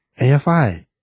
AFI